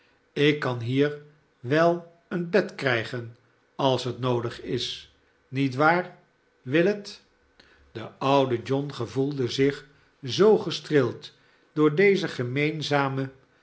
ik n kan h er we l een bed krijgen alshetnoodigis nietwaarwillet de oude john gevoelde zich zoo gestreeld door deze